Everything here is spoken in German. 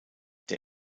der